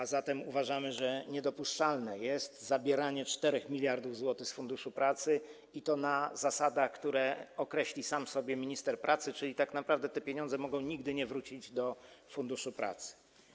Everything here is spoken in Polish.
A zatem uważamy, że niedopuszczalne jest zabieranie 4 mld zł z Funduszu Pracy, i to na zasadach, które określi sam sobie minister pracy, czyli tak naprawdę te pieniądze mogą nigdy nie wrócić do Funduszu Pracy.